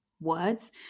words